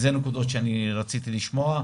אלה נקודות שרציתי לשמוע,